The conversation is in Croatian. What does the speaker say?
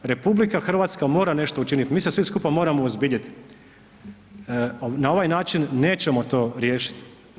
RH mora nešto učiniti, mi se svi skupa moramo uozbiljiti, na ovaj način nećemo to riješiti.